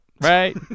right